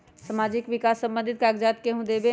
समाजीक विकास संबंधित कागज़ात केहु देबे?